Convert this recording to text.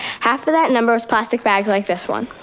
half of that number was plastic bags like this one.